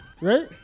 right